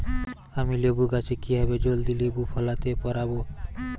আমি লেবু গাছে কিভাবে জলদি লেবু ফলাতে পরাবো?